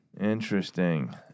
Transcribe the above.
Interesting